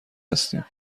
هستیم